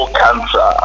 cancer